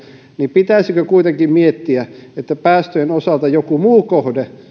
niin pitäisikö kuitenkin miettiä että päästöjen osalta jokin muu kohde